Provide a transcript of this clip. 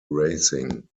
racing